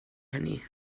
hynny